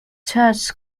church